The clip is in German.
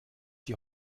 die